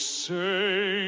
say